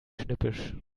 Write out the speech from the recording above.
schnippisch